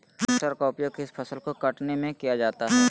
Harvester का उपयोग किस फसल को कटने में किया जाता है?